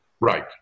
Right